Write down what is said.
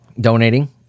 donating